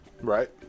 right